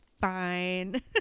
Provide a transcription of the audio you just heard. Fine